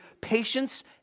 patience